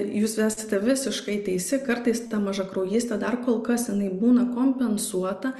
jūs esate visiškai teisi kartais ta mažakraujystė dar kol kas jinai būna kompensuota